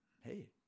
hey